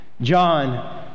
John